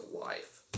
life